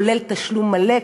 כולל תשלום מלא,